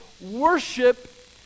worship